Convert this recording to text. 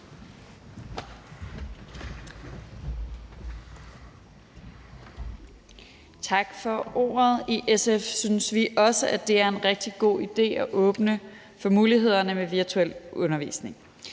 Tak for ordet. I SF synes vi også, det er en rigtig god idé at åbne for mulighederne i virtuel undervisning